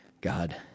God